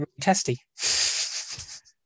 testy